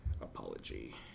apology